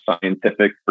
scientific